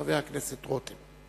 חבר הכנסת רותם.